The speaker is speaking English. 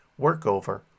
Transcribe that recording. workover